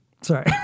Sorry